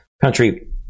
country